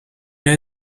know